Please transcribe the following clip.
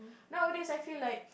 nowadays I feel like